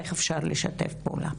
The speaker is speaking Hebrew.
איך אפשר לשתף פעולה.